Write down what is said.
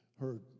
heard